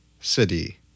city